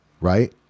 Right